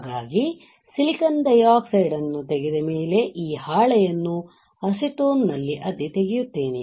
ಹಾಗಾಗಿ ಸಿಲಿಕಾನ್ ಡೈಆಕ್ಸೈಡ್ಅನ್ನು ತೆಗೆದ ಮೇಲೆ ನಾನು ಈ ಹಾಳೆಯನ್ನು ಅಸಿಟೋನ್ನಲ್ಲಿ ಅದ್ದಿ ತೆಗೆಯುತ್ತೇನೆ